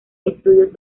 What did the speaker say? estudios